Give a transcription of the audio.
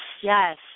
yes